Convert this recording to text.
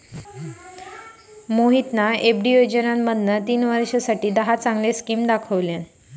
मोहितना एफ.डी योजनांमधना तीन वर्षांसाठी दहा चांगले स्किम दाखवल्यान